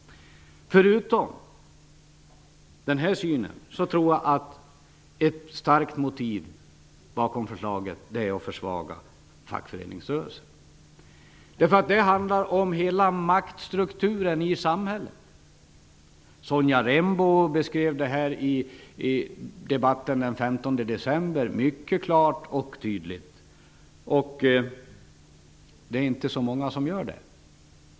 Förutom den här synen tror jag att ett starkt motiv bakom förslaget är att försvaga fackföreningsrörelsen. Det handlar om maktstrukturen i samhället. Sonja Rembo beskrev det här i debatten den 15 december mycket klart och tydligt. Det är inte så många som gör det.